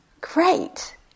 great